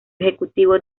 ejecutivo